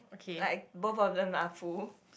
like both of them are full